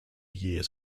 years